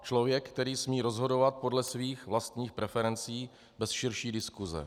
Člověk, který smí rozhodovat podle svých vlastních preferencí bez širší diskuse.